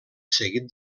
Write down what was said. seguit